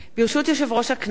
ברשות יושב-ראש הכנסת,